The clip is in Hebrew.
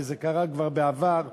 וזה קרה כבר בעבר ששומר,